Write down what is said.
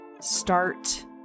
start